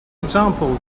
example